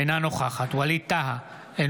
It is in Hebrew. אינה נוכחת ווליד טאהא,